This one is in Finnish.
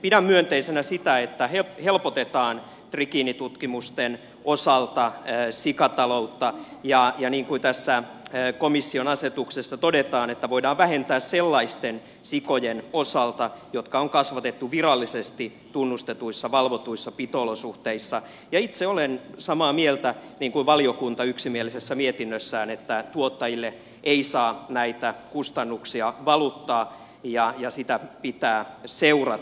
pidän myönteisenä sitä että helpotetaan trikiinitutkimusten osalta sikataloutta ja niin kuin tässä komission asetuksessa todetaan tutkimuksia voidaan vähentää sellaisten sikojen osalta jotka on kasvatettu virallisesti tunnustetuissa valvotuissa pito olosuhteissa ja itse olen samaa mieltä kuin valiokunta yksimielisessä mietinnössään että tuottajille ei saa näitä kustannuksia valuttaa ja sitä pitää seurata